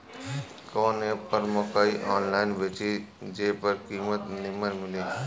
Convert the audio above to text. कवन एप पर मकई आनलाइन बेची जे पर कीमत नीमन मिले?